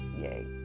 Yay